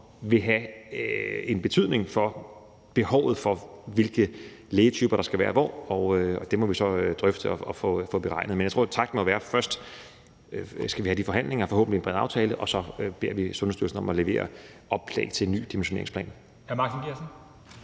vil have en betydning for, hvilken lægetype der skal være hvor, og det må vi så drøfte og få beregnet. Men jeg tror, tanken må være, at vi først skal have de forhandlinger og forhåbentlig en bred aftale, og at vi så beder Sundhedsstyrelsen om at levere oplæg til en ny dimensioneringsplan.